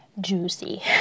juicy